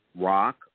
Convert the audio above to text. Rock